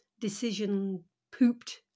decision-pooped